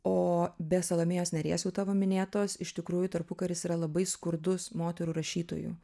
o be salomėjos neries jau tavo minėtos iš tikrųjų tarpukaris yra labai skurdus moterų rašytojų